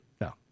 No